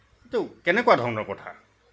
এইটো কেনেকুৱা ধৰণৰ কথা